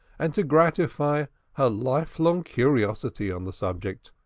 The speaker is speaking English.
and to gratify her life-long curiosity on the subject.